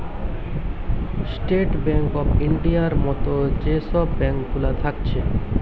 state bank of ইন্ডিয়ার মত যে সব ব্যাঙ্ক গুলা থাকছে